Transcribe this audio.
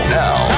now